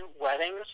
weddings